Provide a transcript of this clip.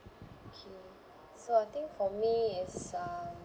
okay so I think for me it's um